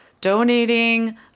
donating